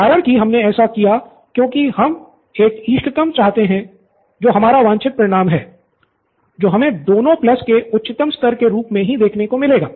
कारण कि हमने ऐसा किया क्योंकि हम एक इष्टतम चाहते थे जो हमारा वांछित परिणाम है जो हमे दोनों प्लस के उच्चतम स्तर के रूप में ही देखने को मिलेगा